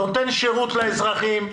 נותן שירות לאזרחים,